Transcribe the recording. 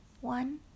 one